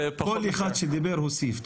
כל אחד שדיבר הוסיף.